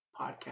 podcast